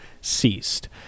ceased